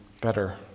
better